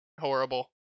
Horrible